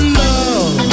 love